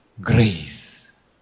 grace